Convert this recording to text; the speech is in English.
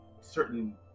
certain